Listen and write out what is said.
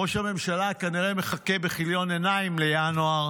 ראש הממשלה כנראה מחכה בכיליון עיניים לינואר